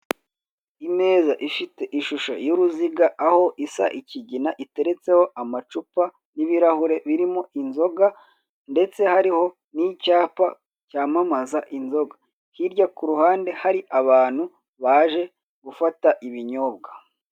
Imeza ifite ishusho y'uruziga, aho isa ikigina, iteretseho amacupa n'ibirahure birimo inzoga, ndetse hariho n'icyapa cyamamaza inzoga. Hirya ku ruhande hari abantu baje gufata ibinyobwa.